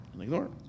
ignore